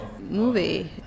movie